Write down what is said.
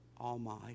Almighty